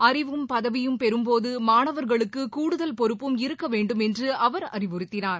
அறிவும் பதவியும் பெறும்போதுமாணவர்களுக்குகூடுதல் பொறுப்பும் இருக்கவேண்டுமென்றுஅவர் அறிவுறுத்தினார்